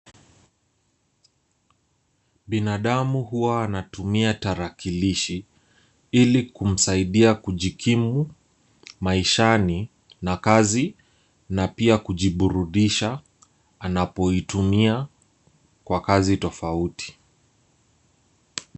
Binadamu huwa wanatumia tarakilishi ili kumsaidia kujikimu maishani na kazi na pia kujiburudisha anapoitumia kwa kazi tofauti.